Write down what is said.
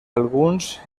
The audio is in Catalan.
alguns